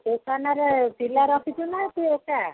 ଦୋକାନରେ ପିଲା ରଖିଛୁ ନା ତୁ ଏକା